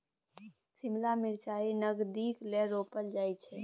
शिमला मिरचाई नगदीक लेल रोपल जाई छै